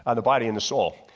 ah the body and the soul.